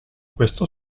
questo